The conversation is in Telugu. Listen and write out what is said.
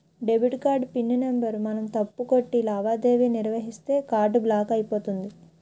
డెబిట్ కార్డ్ పిన్ నెంబర్ మనం తప్పు కొట్టి లావాదేవీ నిర్వహిస్తే కార్డు బ్లాక్ అయిపోతుంది